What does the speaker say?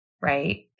right